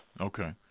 Okay